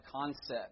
concept